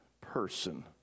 person